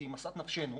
כי היא משאת נפשנו,